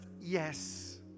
yes